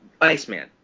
iceman